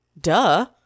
duh